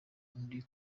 undi